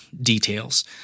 details